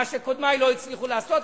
מה שקודמי לא הצליחו לעשות,